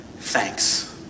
thanks